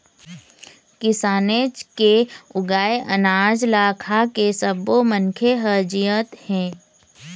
किसानेच के उगाए अनाज ल खाके सब्बो मनखे ह जियत हे